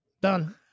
Done